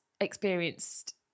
experienced